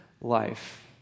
life